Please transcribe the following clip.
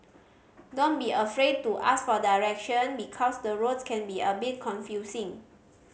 don't be afraid to ask for direction because the roads can be a bit confusing